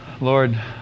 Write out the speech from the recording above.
Lord